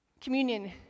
communion